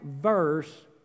verse